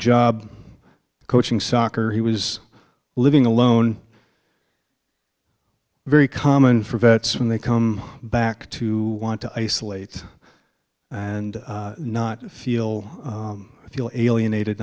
job coaching soccer he was living alone very common for vets and they come back to want to isolate and not feel feel alienated